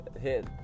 hit